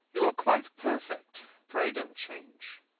you are quite perfect. pray, don't change.